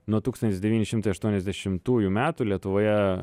nuo tūkstantis devyni šimtai aštuoniasdešimtųjų metų lietuvoje